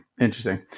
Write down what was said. Interesting